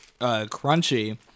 crunchy